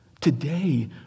today